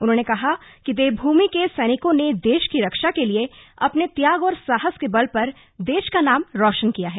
उन्होंने कहा कि देवभूमि के सैनिकों ने देश की रक्षा के लिए अपने त्याग और साहस के बल पर देश का नाम रोशन किया है